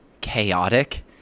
chaotic